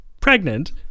pregnant